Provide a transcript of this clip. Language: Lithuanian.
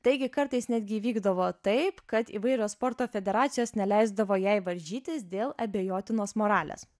taigi kartais netgi įvykdavo taip kad įvairios sporto federacijos neleisdavo jai varžytis dėl abejotinos moralės